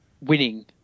winning